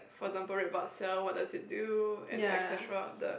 for example red blood cell what does it do and et cetera the